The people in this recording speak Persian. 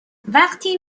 وقتی